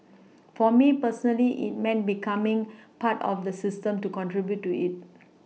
for me personally it meant becoming part of the system to contribute to it